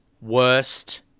worst